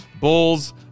Bulls